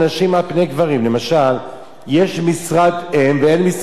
למשל, יש משרת אם ואין משרת אב, אתם יודעים את זה?